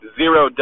zero